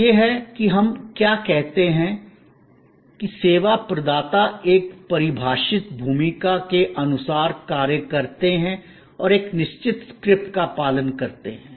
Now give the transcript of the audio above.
तो यह है कि हम क्या कहते हैं कि सेवा प्रदाता एक परिभाषित भूमिका के अनुसार कार्य करते हैं और एक निश्चित स्क्रिप्ट का पालन करते हैं